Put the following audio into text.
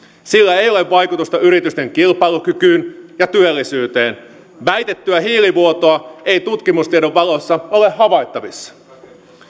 sillä ei ole vaikutusta yritysten kilpailukykyyn ja työllisyyteen väitettyä hiilivuotoa ei tutkimustiedon valossa ole havaittavissa